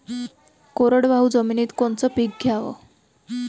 कोरडवाहू जमिनीत कोनचं पीक घ्याव?